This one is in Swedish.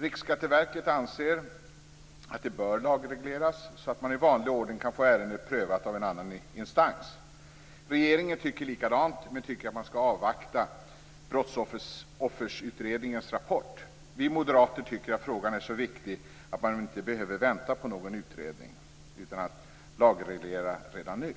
Riksskatteverket anser att det bör lagregleras, så att man i vanlig ordning kan få ärendet prövat av en annan instans. Regeringen tycker likadant, men tycker att man skall avvakta Brottsofferutredningens rapport. Vi moderater tycker att frågan är så viktig att man inte behöver vänta på någon utredning. Man bör lagreglera redan nu.